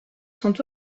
sont